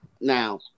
Now